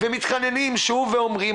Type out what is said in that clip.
ומתחננים שוב ואומרים,